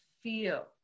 feel